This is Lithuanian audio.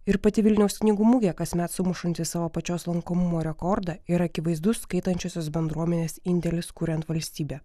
ir pati vilniaus knygų mugė kasmet sumušanti savo pačios lankomumo rekordą ir akivaizdus skaitančiosios bendruomenės indėlis kuriant valstybę